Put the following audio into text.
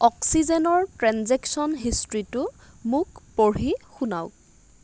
অক্সিজেনৰ ট্ৰেঞ্জেক্চন হিষ্ট্ৰীটো মোক পঢ়ি শুনাওক